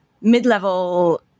mid-level